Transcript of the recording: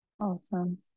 Awesome